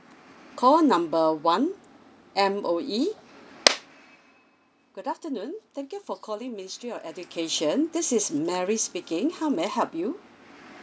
call number one M_O_E good afternoon thank you for calling ministry of education this is mary speaking how may I help you